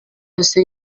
yose